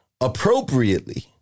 appropriately